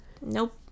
nope